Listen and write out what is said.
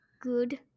Good